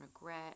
regret